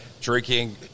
drinking